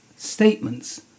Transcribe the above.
statements